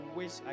wish